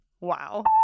Wow